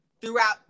throughout